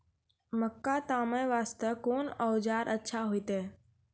मक्का तामे वास्ते कोंन औजार अच्छा होइतै?